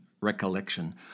recollection